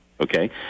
Okay